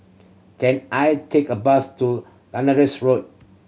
can I take a bus to Road